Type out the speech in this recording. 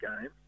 game